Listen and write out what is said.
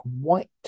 White